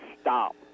stop